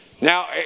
Now